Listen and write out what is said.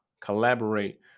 collaborate